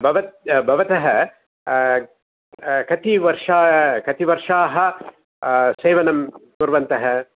भवत् भवतः कतिवर्ष कतिवर्षाः सेवनं कुर्वन्तः